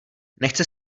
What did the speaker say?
nechce